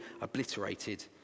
obliterated